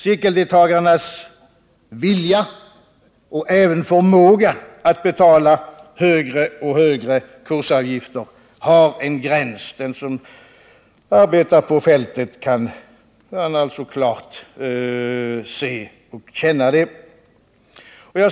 Cirkeldeltagarnas vilja och även förmåga att betala högre och högre kursavgifter har en gräns. Den som arbetar på fältet kan klart se och känna det.